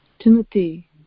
Timothy